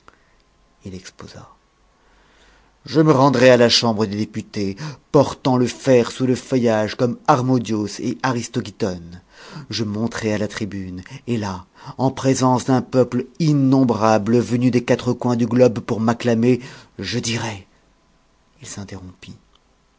il exposa je me rendrai à la chambre des députés portant le fer sous le feuillage comme harmodios et aristogiton je monterai à la tribune et là en présence d'un peuple innombrable venu des quatre coins du globe pour m'acclamer je dirai il s'interrompit